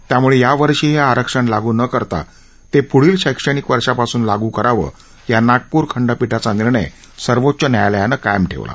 त्यामुळे यावर्षी हे आरक्षण लागू न करता ते पुढील शैक्षणिक वर्षापासून लागू करावं या नागप्र खंडपीठाचा निर्णय सर्वोच्च न्यायालयाने कायम ठेवला